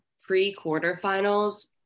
pre-quarterfinals